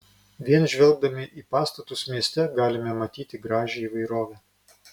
vien žvelgdami į pastatus mieste galime matyti gražią įvairovę